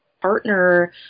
partner